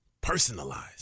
Personalized